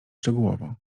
szczegółowo